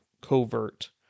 covert